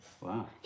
Wow